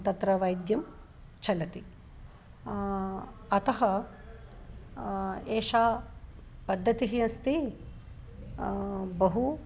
तत्र वैद्यः चलति अतः एषा पद्धतिः अस्ति बहु